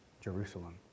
Jerusalem